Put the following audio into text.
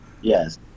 Yes